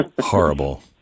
Horrible